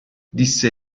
disse